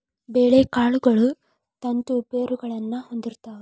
ಬೇಳೆಕಾಳುಗಳು ತಂತು ಬೇರುಗಳನ್ನಾ ಹೊಂದಿರ್ತಾವ